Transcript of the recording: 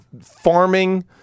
farming